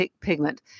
pigment